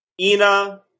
Ina